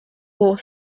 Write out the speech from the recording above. wore